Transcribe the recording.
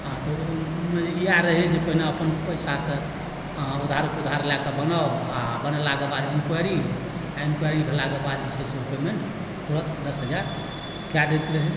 आओर तऽ ओहिमे इएह रहै जे पहिने अपन पैसासँ अहाँ उधार पुधार लए कऽ बनाउ आओर बनेलाक बाद इन्क्वारी इन्क्वारी भेलाके बाद जे छै से पेमेन्ट तुरत दस हजार कए दैत रहै